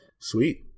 Sweet